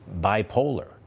bipolar